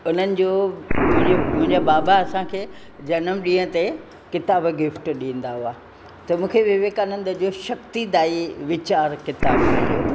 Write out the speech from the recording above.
उन्हनि जो मुंहिंजे मुंहिंजे बाबा असांखे जनमु ॾींहं ते किताबु गिफ्ट ॾींदा हुआ त मूंखे विवेकानंद जो शक्तिदाई विचार किताबु मिलियो